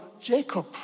Jacob